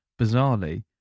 bizarrely